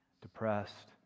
depressed